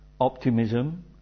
Optimism